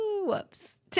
Whoops